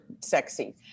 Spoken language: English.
sexy